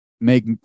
Make